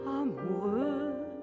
amoureux